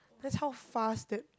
that's how fast that